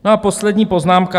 A poslední poznámka.